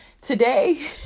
today